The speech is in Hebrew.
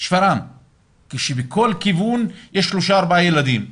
שפרעם כשבכל כיוון יש שלושה-ארבעה ילדים.